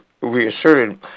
reasserted